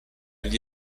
gli